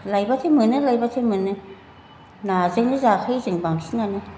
लायब्लाथाय मोनो लायब्लाथाय मोनो नाजोंनो जाखायो जों बांसिनानो